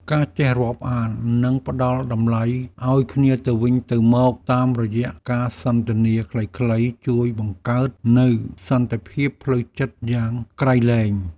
ការចេះរាប់អាន និងផ្ដល់តម្លៃឱ្យគ្នាទៅវិញទៅមកតាមរយៈការសន្ទនាខ្លីៗជួយបង្កើតនូវសន្តិភាពផ្លូវចិត្តយ៉ាងក្រៃលែង។